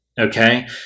okay